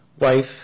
wife